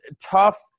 Tough